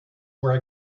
where